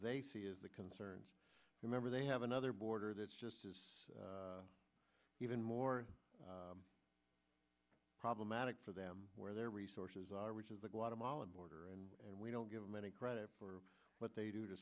they see is the concerns remember they have another border that's just even more problematic for them where their resources are which is the guatemalan border and we don't give them any credit for what they do to